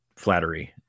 Flattery